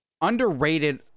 Underrated